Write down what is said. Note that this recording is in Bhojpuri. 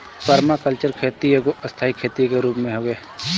पर्माकल्चर खेती एगो स्थाई खेती के रूप हवे